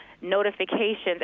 notifications